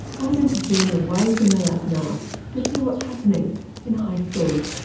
and we're going to journey away from the lab now to see what's happening in high schools.